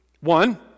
One